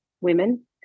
women